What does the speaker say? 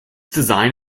design